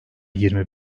yirmi